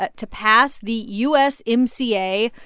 but to pass the usmca,